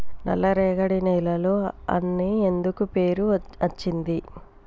నల్లరేగడి నేలలు అని ఎందుకు పేరు అచ్చింది?